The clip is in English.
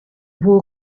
war